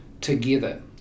together